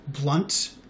blunt